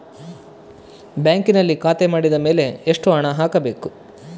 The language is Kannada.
ಬ್ಯಾಂಕಿನಲ್ಲಿ ಖಾತೆ ಮಾಡಿದ ಮೇಲೆ ಎಷ್ಟು ಹಣ ಹಾಕಬೇಕು?